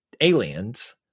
aliens